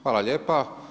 Hvala lijepa.